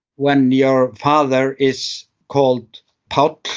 when your father is called paul,